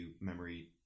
memory